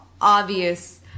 obvious